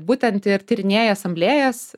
būtent ir tyrinėja asamblėjas